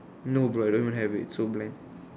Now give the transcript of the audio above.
no bro I don't have it so blank